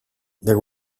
there